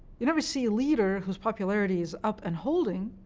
you never see a leader whose popularity is up and holding